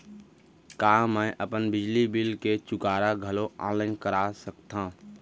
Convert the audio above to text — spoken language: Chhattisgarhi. का मैं अपन बिजली बिल के चुकारा घलो ऑनलाइन करा सकथव?